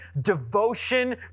devotion